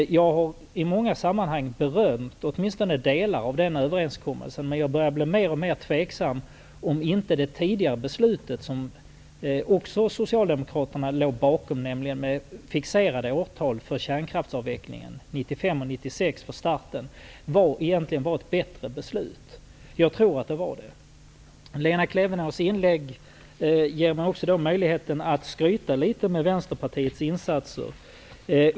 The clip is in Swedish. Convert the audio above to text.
Jag har i många sammanhang berömt åtminstone delar av denna överenskommelse, men jag börjar bli mer och mer tveksam och undrar om inte det tidigare beslutet, som socialdemokraterna likaledes låg bakom, med fixerade årtal -- 1995 och 1996 -- Jag tror att så var fallet. Lena Klevenås inlägg ger mig också möjlighet att skryta litet med Vänsterpartiets insatser.